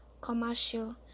commercial